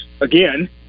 again